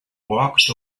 walked